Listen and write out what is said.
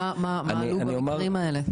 מה עלה בדברים האלה?